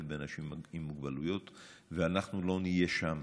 באנשים עם מוגבלויות ואנחנו לא נהיה שם